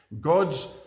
God's